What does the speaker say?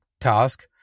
task